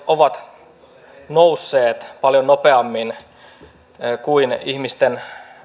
ovat nousseet paljon nopeammin kuin ihmisten